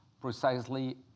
precisely